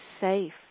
safe